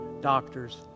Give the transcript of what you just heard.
doctors